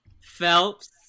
Phelps